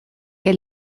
que